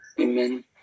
Amen